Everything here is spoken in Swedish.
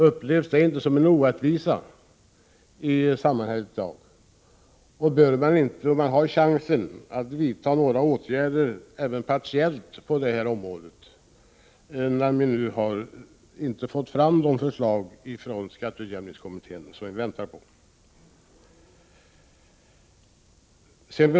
Upplevs inte det som en orättvisa i dagens samhälle, och bör man inte — när man har chansen — även vidta partiella åtgärder på detta område? Vi har ju ännu inte fått de förslag från skatteutjämningskommittén som vi väntar på.